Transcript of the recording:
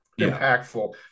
impactful